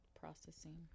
processing